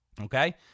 Okay